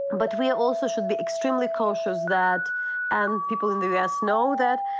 but we also should be extremely cautious that and people in the u. s. know that,